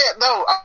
No